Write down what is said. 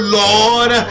lord